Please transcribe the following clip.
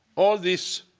all this